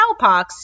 cowpox